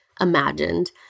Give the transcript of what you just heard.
imagined